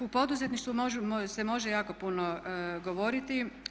U poduzetništvu se može jako puno govoriti.